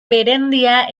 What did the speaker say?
berendia